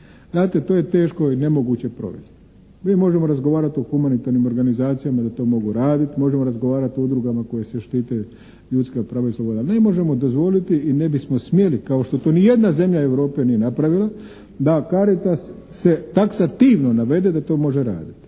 Znate to je teško i nemoguće provesti. Mi možemo razgovarati o humanitarnim organizacijama da to mogu raditi, možemo razgovarati o udrugama koje se štite ljudska prava i slobode. Ne možemo dozvoliti i ne bismo smjeli kao što to ni jedna zemlja Europe nije napravila, da Caritas se taksativno navede da to može raditi.